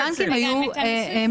-- ההפסדים של הבנקים היו מתעצמים.